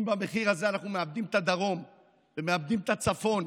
אם במחיר הזה אנחנו מאבדים את הדרום ומאבדים את הצפון,